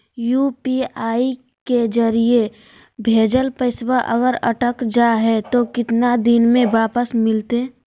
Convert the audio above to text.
UPI के जरिए भजेल पैसा अगर अटक जा है तो कितना दिन में वापस मिलते?